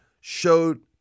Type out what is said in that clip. showed